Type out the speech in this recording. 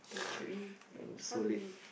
dude should we how do we